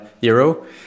euro